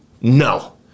No